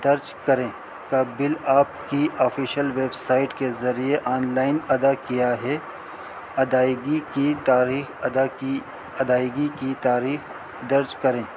درج کریں کا بل آپ کی آفیشیل ویب سائٹ کے ذریعے آن لائن ادا کیا ہے ادائیگی کی تاریخ ادا کی ادائیگی کی تاریخ درج کریں